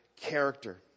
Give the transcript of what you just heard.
character